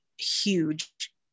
huge